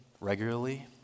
regularly